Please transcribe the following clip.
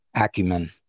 acumen